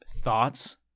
thoughts